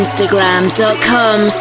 Instagram.com